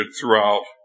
throughout